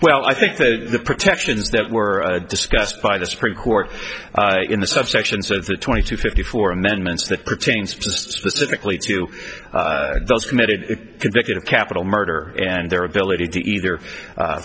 well i think that the protections that were discussed by the supreme court in the subsection so the twenty to fifty four amendments that pertains specifically to those committed convicted of capital murder and their ability to either